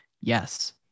yes